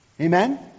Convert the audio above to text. Amen